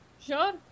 sure